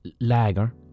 lager